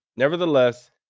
Nevertheless